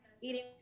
eating